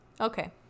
Okay